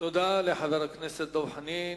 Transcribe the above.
תודה לחבר הכנסת דב חנין.